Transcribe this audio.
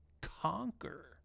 conquer